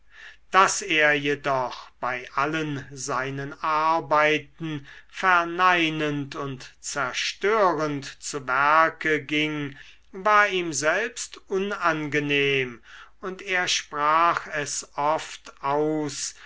daß er jedoch bei allen seinen arbeiten verneinend und zerstörend zu werke ging war ihm selbst unangenehm und er sprach es oft aus